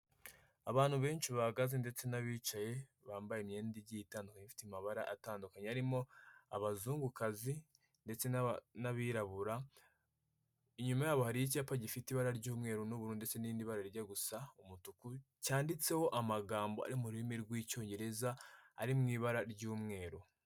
Abantu benshi bahagaze ndetse n'abicaye bambaye imyenda igiye itandukanye ifite amabara atandukanye harimo abazungukazi ndetse n'abirabura, inyuma yabo hari icyapa gifite ibara ry'umweru n'ubururu ndetse n'irindi bara rijya gusa umutuku cyanditseho amagambo ari mu rurimi rw'icyongereza ari mu ibara ry'umweru.